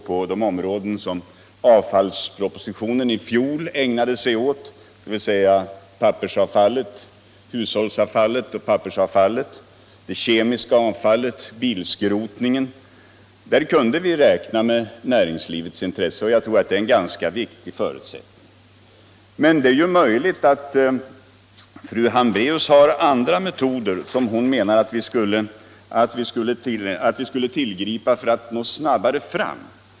På de områden som avfallspropositionen i fjol ägnade sig åt, dvs. hushållsavfallet och pappersavfallet, det kemiska avfallet och bilskrotningen, kunde vi räkna med näringslivets intresse, och jag tror att det är en ganska viktig förutsättning för ett gynnsamt resultat. Men det är möjligt att fru Hambraeus har andra metoder som hon menar att vi skulle tillgripa för att kunna gå snabbare fram.